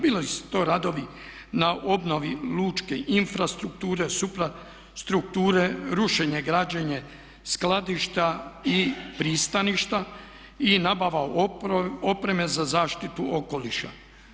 Bili su to radovi na obnovi lučke infrastrukture, suprastrukture, rušenje, građenje skladišta i pristaništa i nabava opreme za zaštitu okoliša.